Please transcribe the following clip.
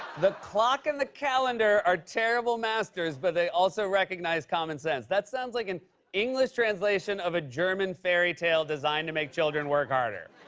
the clock and the calendar are terrible masters, but they also recognize common sense. that sounds like an english translation of a german fairytale designed to make children work harder.